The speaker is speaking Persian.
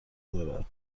دارد